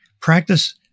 practice